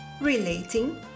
relating